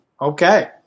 Okay